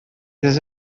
this